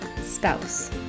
spouse